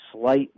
slight